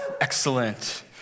Excellent